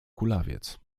kulawiec